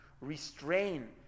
restrain